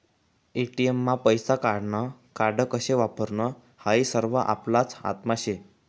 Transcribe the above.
ATM मा पैसा काढानं कार्ड कशे वापरानं हायी सरवं आपलाच हातमा शे